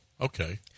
okay